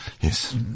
Yes